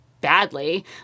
badly